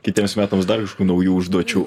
kitiems metams dar kažkokių naujų užduočių